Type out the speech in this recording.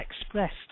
expressed